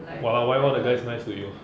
!wow! why all the guys so nice to you